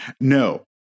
No